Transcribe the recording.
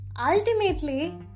Ultimately